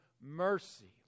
mercy